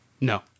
No